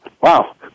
Wow